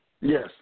Yes